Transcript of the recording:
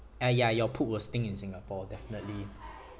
ah ya your poop will stink in singapore definitely